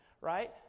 Right